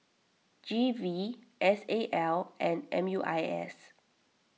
G V S A L and M U I S